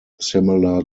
similar